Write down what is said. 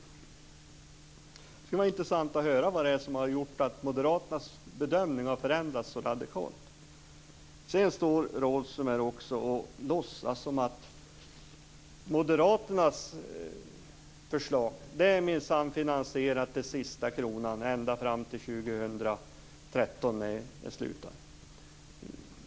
Det skulle vara intressant att höra vad det är som har gjort att Moderaternas bedömning har förändrats så radikalt. Sedan står Rådhström också och låtsas som om Moderaternas förslag är finansierat till sista kronan ända fram till 2013.